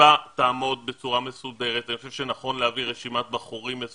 הישיבה תעמוד בצורה מסודרת ואני חושב שנכון להביא רשימת בחורים,